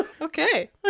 Okay